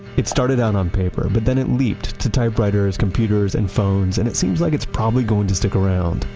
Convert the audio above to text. it started down on paper, but then it leaped to typewriters, computers and phones, and it seems like it's probably going to stick around,